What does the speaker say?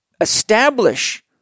establish